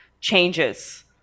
changes